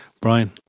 Brian